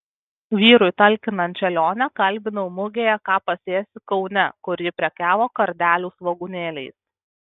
vyrui talkinančią lionę kalbinau mugėje ką pasėsi kaune kur ji prekiavo kardelių svogūnėliais